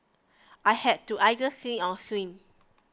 I had to either sink or swim